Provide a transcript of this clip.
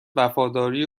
وفاداری